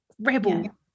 rebel